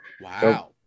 Wow